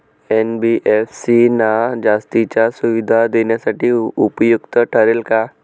NBFC ना जास्तीच्या सुविधा देण्यासाठी उपयुक्त ठरेल का?